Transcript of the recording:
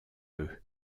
eux